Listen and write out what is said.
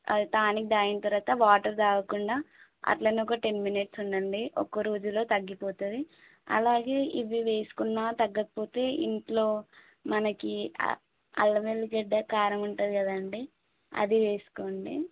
అది టానిక్ తాగిన తర్వాత వాటర్ తాగకుండా అట్లనే ఒక టెన్ మినిట్స్ ఉండండి ఒకరోజులో తగ్గిపోతుంది అలాగే ఇవి వేసుకున్న తగ్గకపోతే ఇంట్లో మనకు అల్లం వెల్లుల్లి గడ్డ కారం ఉంటుంది కదా అండి అది వేసుకోండి